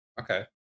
Okay